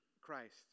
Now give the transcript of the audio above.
Christ